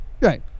Right